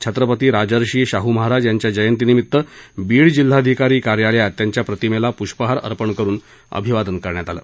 छत्रपती राजर्षी शाहू महाराज यांच्या जयंतीनिमित्त बीड जिल्हाधिकारी कार्यालयात त्यांच्या प्रतिमेला पूष्पहार अर्पण करून अभिवादन करण्यात आलं